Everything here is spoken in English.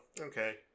okay